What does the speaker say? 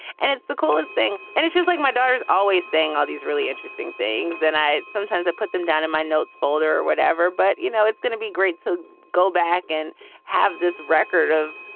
and it's the coolest thing. and it's just like my daughter's always thing, all these really interesting things. then i sometimes i put them down in my notes folder or whatever. but, you know, it's gonna be great to go back and have this record of,